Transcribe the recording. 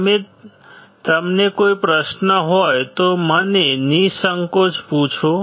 જો તમને કોઈ પ્રશ્નો હોય તો મને નિસંકોચ પૂછો